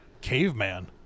caveman